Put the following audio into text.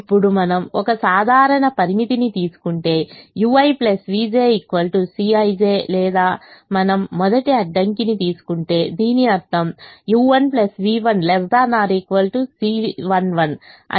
ఇప్పుడు మనము ఒక సాధారణ పరిమితిని తీసుకుంటే ui vj Cij లేదా మనము మొదటి అడ్డంకిని తీసుకుంటే దీని అర్థం u1 v1 ≤ C11 అనేది అడ్డంకి